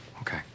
okay